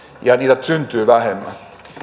ja niitä syntyy vähemmän